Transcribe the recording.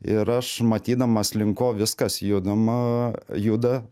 ir aš matydamas link ko viskas judama juda